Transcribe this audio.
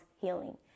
healing